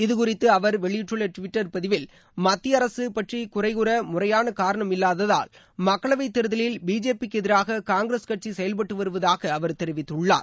இதுகுறித்து அவர் வெளியிட்டுள்ள டிவிட்டர் பதிவில் மத்திய அரசு பற்றி குறைகூற முறையான காரணம் இல்வாததால் மக்களவை தேர்தலில் பிஜேபிக்கு எதிராக காங்கிரஸ் கட்சி செயல்பட்டு வருவதாக அவர் தெரிவித்துள்ளார்